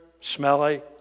smelly